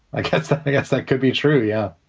i guess that guess that could be true. yeah.